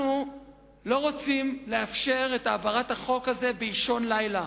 אנחנו לא רוצים לאפשר את העברת החוק הזה באישון לילה.